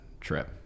trip